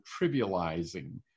trivializing